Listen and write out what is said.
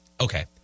Okay